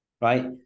right